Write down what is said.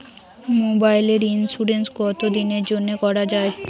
মোবাইলের ইন্সুরেন্স কতো দিনের জন্যে করা য়ায়?